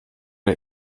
der